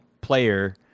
player